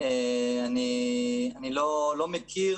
אני לא מכיר